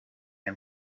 and